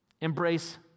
embrace